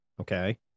Okay